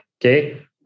okay